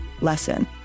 lesson